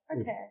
Okay